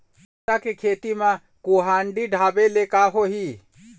भांटा के खेती म कुहड़ी ढाबे ले का होही?